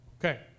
Okay